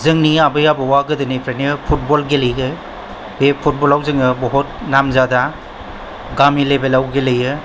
जोंनि आबौ आबैया गोदोनिफ्रायनो फुटबल गेलेयो बे फुटबलाव जोङो बहुद नामजादा गामि लेभेलाव गेलेयो